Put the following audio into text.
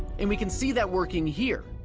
and we can see that working here.